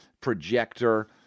projector